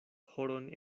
horon